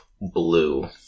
blue